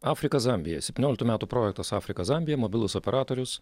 afrika zambija septynioliktų metų projektas afrika zambija mobilus operatorius